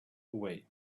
away